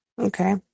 Okay